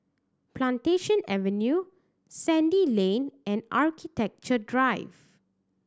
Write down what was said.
Plantation Avenue Sandy Lane and Architecture Drive